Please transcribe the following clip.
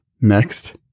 Next